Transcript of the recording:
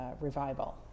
revival